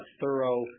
thorough